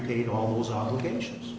paid all those obligations